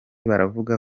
baravuga